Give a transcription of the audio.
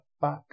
back